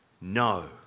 No